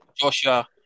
Joshua